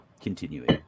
continuing